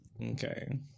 Okay